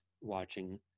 watching